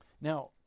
Now